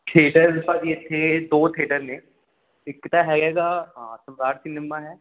theatre ਭਾਅ ਜੀ ਇੱਥੇ ਦੋ ਥਿਏਟਰ ਨੇ ਇੱਕ ਤਾਂ ਹੈਗਾ ਇਹਦਾ ਹਾਂ ਸਮਰਾਟ ਸਿਨੇਮਾ ਹੈ